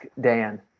Dan